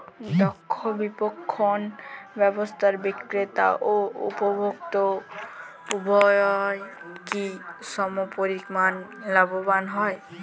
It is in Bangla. দক্ষ বিপণন ব্যবস্থায় বিক্রেতা ও উপভোক্ত উভয়ই কি সমপরিমাণ লাভবান হয়?